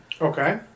Okay